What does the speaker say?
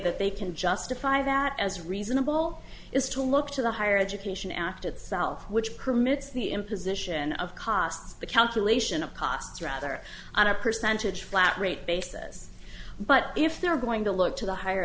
that they can justify that as reasonable is to look to the higher education act itself which permits the imposition of cost the calculation of costs rather on a percentage flat rate basis but if they're going to look to the higher